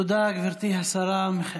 תודה, גברתי השרה.